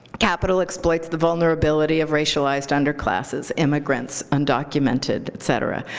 capital exploits the vulnerability of racialized underclasses, immigrants, undocumented, et cetera.